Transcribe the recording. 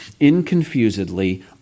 inconfusedly